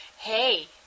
hey